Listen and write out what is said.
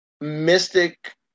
mystic